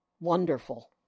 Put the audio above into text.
wonderful